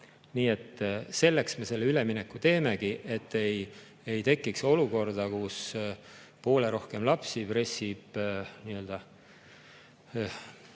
Nii et selleks me selle ülemineku teemegi, et ei tekiks olukorda, kus poole rohkem lapsi pressib mitte